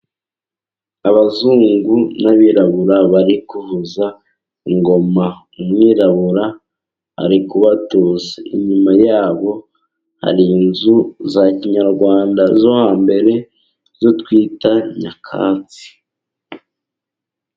Abazungu n'abirabura bari kuvuza ingoma. Umwirabura ari kubatoza. Inyuma yabo hari inzu za kinyarwanda zo hambere , izo twita nyakatsi.